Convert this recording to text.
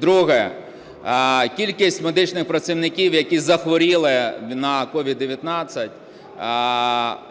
Друге. Кількість медичних працівників, які захворіли на COVID-19.